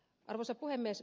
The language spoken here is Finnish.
arvoisa puhemies